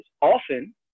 Often